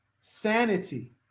sanity